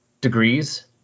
degrees